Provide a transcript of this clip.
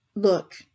Look